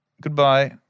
goodbye